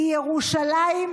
היא ירושלים,